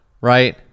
Right